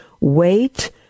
wait